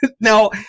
Now